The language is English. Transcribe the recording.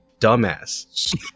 dumbass